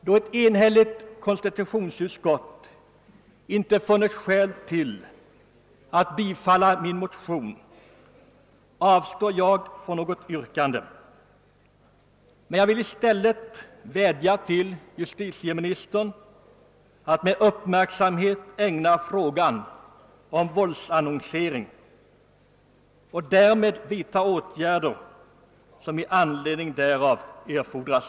Då ett enhälligt konstitutionsutskott inte funnit skäl att bifalla min motion avstår jag från yrkandet men vill i stället vädja till justitieministern att ägna uppmärksamhet åt frågan om våldsannonsering och vidta de åtgärder som erfordras.